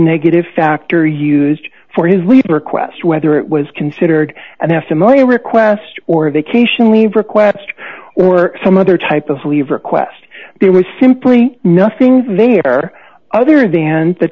negative factor used for his leaving request whether it was considered and half a one million request or a vacation leave request or some other type of leave request there was simply nothing there other than the